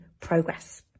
progress